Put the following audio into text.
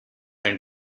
and